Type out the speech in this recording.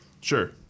Sure